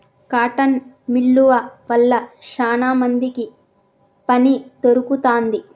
cotton మిల్లువ వల్ల శానా మందికి పని దొరుకుతాంది